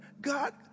God